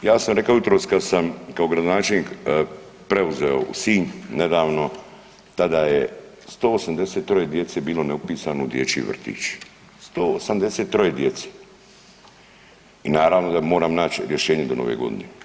Ja sam rekao jutros, kada sam kao gradonačelnik preuzeo Sinj nedavno tada je 183 djece bilo neupisano u dječji vrtić, 183 djece i naravno da moram naći rješenje do nove godine.